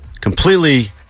completely